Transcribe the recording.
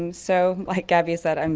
um so like gabby said, um